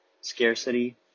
scarcity